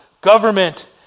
Government